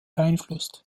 beeinflusst